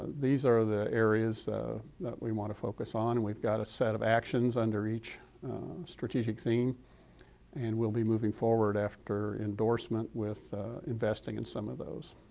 these are the areas that we want to focus on and we've got a set of actions under each strategic theme and we'll be moving forward after endorsement with investing in some of those.